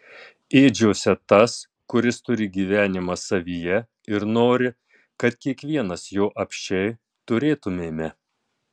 ėdžiose tas kuris turi gyvenimą savyje ir nori kad kiekvienas jo apsčiai turėtumėme